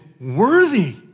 worthy